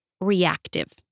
reactive